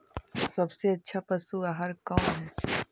सबसे अच्छा पशु आहार कौन है?